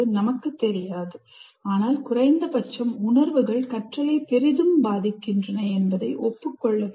நமக்கு தெரியாது ஆனால் குறைந்த பட்சம் உணர்வுகள் கற்றலை பெரிதும் பாதிக்கின்றன என்பதை ஒப்புக் கொள்ள வேண்டும்